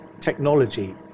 technology